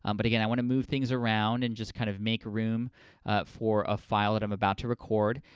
um but, again, i want to move things around and just kind of make room for a file that i'm about to record.